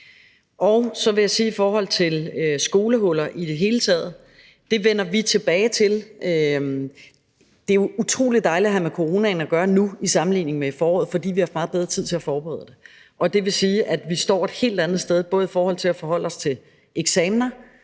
Så vil jeg sige i forhold til skolehuller i det hele taget: Det vender vi tilbage til. Det er jo utrolig dejligt at have med coronaen at gøre nu i sammenligning med i foråret, fordi vi har haft meget bedre tid til at forberede os på det. Det vil sige, at vi står et helt andet sted, både i forhold til at forholde os til eksamener,